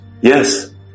Yes